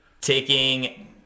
taking